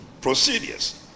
procedures